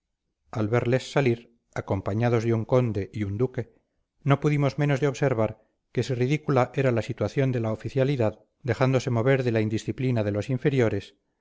al verles salir acompañados de un conde y un duque no pudimos menos de observar que si ridícula era la situación de la oficialidad dejándose mover de la indisciplina de los inferiores